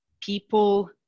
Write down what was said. people